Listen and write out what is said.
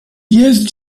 jest